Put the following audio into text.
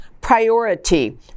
priority